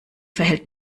verhält